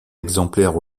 exemplaires